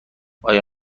آیا